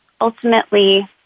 ultimately